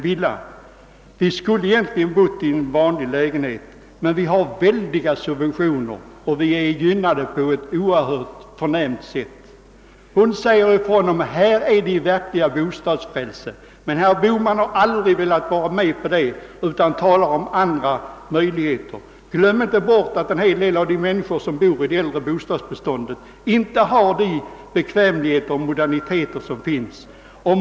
Vi skulle egentligen ha bott i en vanlig lägenhet, men vi får väldiga subventioner och är gynnade på ett oerhört förnämt sätt.» Hon säger: »Här är det fråga om det verkliga bostadsfrälset.» Herr Bohman har aldrig velat vara med om detta utan talar om andra boendemöjligheter. Glöm inte bort att en hel del av de människor som bor i det äldre bostadsbeståndet inte har de bekvämligheter och moderniteter som de önskar.